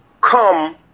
come